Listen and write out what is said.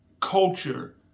culture